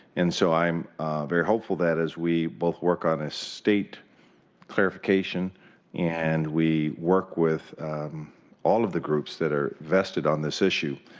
and so i'm very hopeful that as we both work on a state clarification and we work with all of the groups that are vested on this issue,